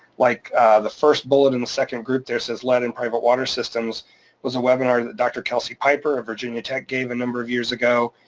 like the first bullet in the second group there says lead in private water systems was a webinar that dr. kelsey pieper of virginia tech gave a number of years ago,